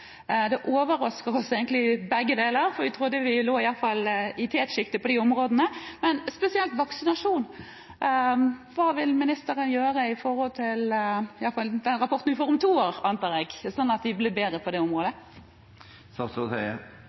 deler overrasker oss egentlig, for vi trodde vi lå i tetsjiktet på de områdene. Men når det gjelder spesielt vaksinasjon: Hva vil ministeren gjøre med tanke på den rapporten jeg antar vi får om to år, sånn at vi blir bedre på det